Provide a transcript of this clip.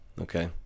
okay